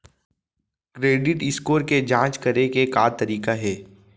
Credit score के जाँच करे के का तरीका हे?